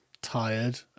tired